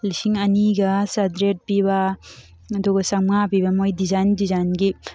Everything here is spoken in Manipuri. ꯂꯤꯁꯤꯡ ꯑꯅꯤꯒ ꯆꯥꯇ꯭ꯔꯦꯠ ꯄꯤꯕ ꯑꯗꯨꯒ ꯆꯥꯝꯃꯉꯥ ꯄꯤꯕ ꯃꯣꯏ ꯗꯤꯖꯥꯏꯟ ꯗꯤꯖꯥꯏꯟꯒꯤ